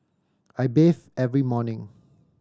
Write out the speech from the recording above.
I bathe every morning